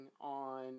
on